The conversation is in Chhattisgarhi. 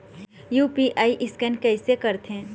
यू.पी.आई स्कैन कइसे करथे?